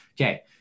okay